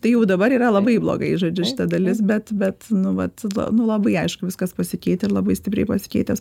tai jau dabar yra labai blogai žodžiu šita dalis bet bet nu vat nu labai aišku viskas pasikeitę ir labai stipriai pasikeitęs